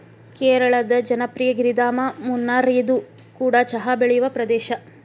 ಕೇರಳದ ಜನಪ್ರಿಯ ಗಿರಿಧಾಮ ಮುನ್ನಾರ್ಇದು ಕೂಡ ಚಹಾ ಬೆಳೆಯುವ ಪ್ರದೇಶ